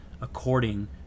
according